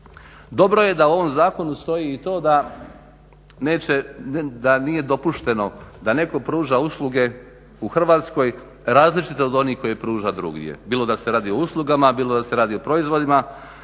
Dobro je da u ovom zakonu stoji i to da nije dopušteno da netko pruža usluge u Hrvatskoj različite od onih koji pruža drugdje. Bilo da se radi o uslugama, bilo da se radi o proizvodima.